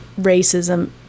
racism